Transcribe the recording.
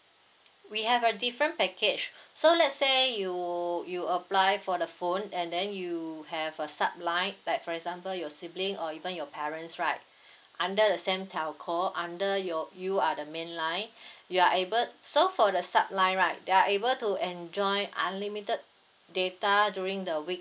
we have a different package so let say you you apply for the phone and then you have a subline like for example your sibling or even your parents right under the same telco under your you are the main line you are able so for the subline right they are able to enjoy unlimited data during the week